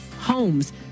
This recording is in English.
homes